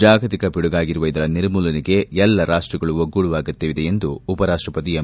ಜಾಗತಿಕ ಪಿಡುಗಾಗಿರುವ ಇದರ ನಿರ್ಮೂಲನೆಗೆ ಎಲ್ಲಾ ರಾಷ್ಟಗಳು ಒಗ್ಗೂಡುವ ಅಗತ್ಯವಿದೆ ಎಂದು ಉಪರಾಷ್ಟಪತಿ ಎಂ